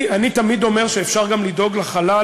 אני תמיד אומר שאפשר גם לדאוג לחלל,